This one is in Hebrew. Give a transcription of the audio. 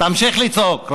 תמשיך לצעוק.